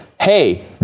hey